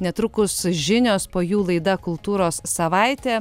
netrukus žinios po jų laida kultūros savaitė